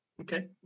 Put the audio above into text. okay